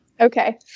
Okay